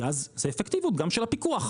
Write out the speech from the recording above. כי אז זה אפקטיביות גם של הפיקוח.